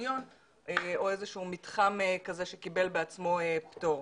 קניון או איזשהו מתחם כזה שקיבל בעצמו פטור.